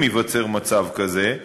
אם ייווצר מצב כזה,